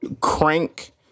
crank